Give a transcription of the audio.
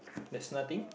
there's nothing